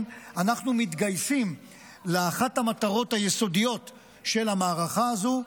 אנחנו מתגייסים לאחת המטרות היסודיות של המערכה הזו,